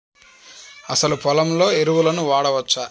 అసలు పొలంలో ఎరువులను వాడవచ్చా?